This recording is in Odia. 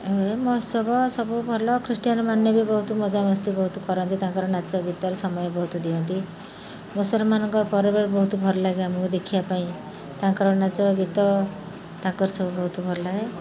ଏ ମହୋତ୍ସବ ସବୁ ଭଲ ଖ୍ରୀଷ୍ଟିୟାନ୍ ମାନେ ବି ବହୁତ ମଜାମସ୍ତି ବହୁତ କରନ୍ତି ତାଙ୍କର ନାଚ ଗୀତର ସମୟ ବହୁତ ଦିଅନ୍ତି ମୁସଲ୍ମାନ୍ମାନଙ୍କର ପରିବାର ବହୁତ ଭଲ ଲାଗେ ଆମକୁ ଦେଖିବା ପାଇଁ ତାଙ୍କର ନାଚ ଗୀତ ତାଙ୍କର ସବୁ ବହୁତ ଭଲ ଲାଗେ